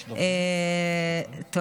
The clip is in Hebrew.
גם לך, שהבאת את זה.